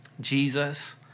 Jesus